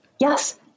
Yes